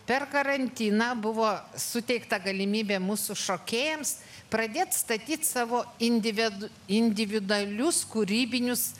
per karantiną buvo suteikta galimybė mūsų šokėjams pradėt statyt savo individ individualius kūrybinius